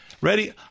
ready –